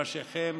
ראשיכם,